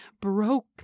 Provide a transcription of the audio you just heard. broke